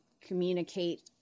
communicate